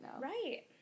right